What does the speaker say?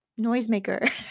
noisemaker